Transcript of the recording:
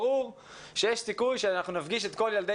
ברור שיש סיכוי שכאשר נפגיש את כל ילדי